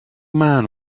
man